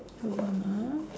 hold on lah